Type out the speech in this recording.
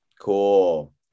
Cool